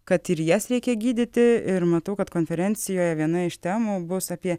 kad ir jas reikia gydyti ir matau kad konferencijoj viena iš temų bus apie